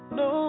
no